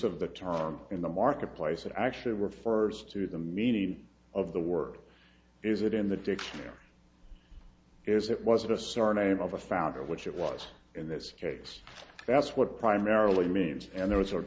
of the term in the marketplace that actually refers to the meaning of the word is it in the dictionary is it wasn't a surname of a founder which it was in this case that's what primarily means and there was a